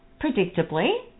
predictably